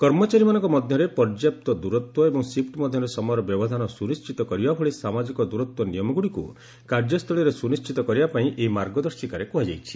କର୍ମଚାରୀମାନଙ୍କ ମଧ୍ୟରେ ପର୍ଯ୍ୟାପ୍ତ ଦୂରତ୍ୱ ଏବଂ ସିଫ୍ଟ ମଧ୍ୟରେ ସମୟର ବ୍ୟବଧାନ ସ୍ୱନିଣ୍ଡିତ କରିବା ଭଳି ସାମାଜିକ ଦୂରତ୍ୱ ନିୟମଗୁଡ଼ିକୁ କାର୍ଯ୍ୟସ୍ଥଳୀରେ ସୁନିଛିତ କରିବାପାଇଁ ଏହି ମାର୍ଗଦର୍ଶିକାରେ କୁହାଯାଇଛି